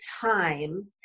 time